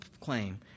claim